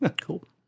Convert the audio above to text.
Cool